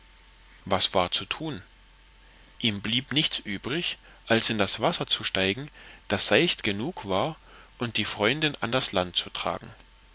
was war zu tun ihm blieb nichts übrig als in das wasser zu steigen das seicht genug war und die freundin an das land zu tragen